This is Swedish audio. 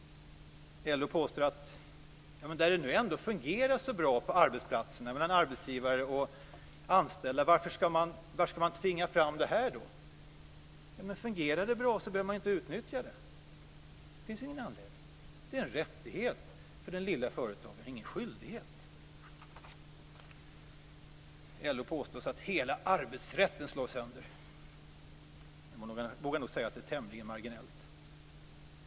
LO frågar: Varför skall man tvinga fram detta på arbetsplatser där det ändå fungerar så bra mellan arbetsgivare och anställda? Om det fungerar bra så behöver man inte utnyttja det. Det finns ingen anledning. Det är en rättighet för den lilla företagaren, ingen skyldighet. LO påstår att hela arbetsrätten slås sönder. Jag vågar nog säga att det är tämligen marginellt.